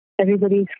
everybody's